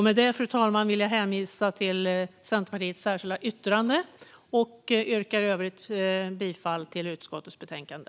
Med det, fru talman, vill jag hänvisa till Centerpartiets särskilda yttrande och yrka bifall till förslaget i utskottets betänkande.